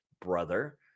brother